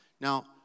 Now